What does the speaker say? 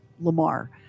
Lamar